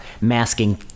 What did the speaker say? masking